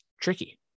tricky